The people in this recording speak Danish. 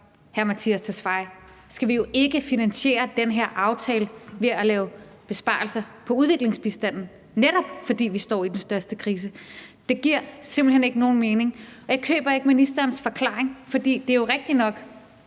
hr. Mattias Tesfaye, skal vi ikke finansiere den her aftale ved besparelser på udviklingsbistanden. Det er netop, fordi vi står i den største krise. Det giver simpelt hen ikke nogen mening, og jeg køber ikke ministerens forklaring. Det er jo rigtigt nok,